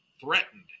Threatened